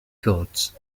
gods